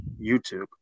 YouTube